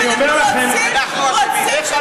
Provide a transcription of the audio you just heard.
אני אומר לכם, אנחנו אשמים.